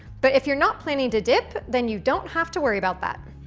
but, if you're not planning to dip, then you don't have to worry about that.